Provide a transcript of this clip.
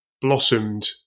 blossomed